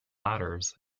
ladders